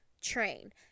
train